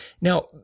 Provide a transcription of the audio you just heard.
Now